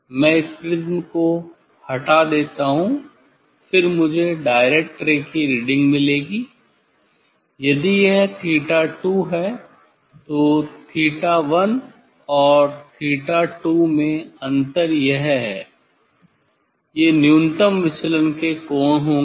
मैं इस प्रिज्म को हटा देता हूं फिर मुझे डायरेक्ट रे की रीडिंग मिलेगी यदि यह थीटा '𝛉2' है तो '𝛉1' और '𝛉2' में अंतर यह है ये न्यूनतम विचलन के कोण होंगे